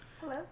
Hello